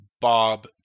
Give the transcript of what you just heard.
Bob